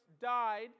died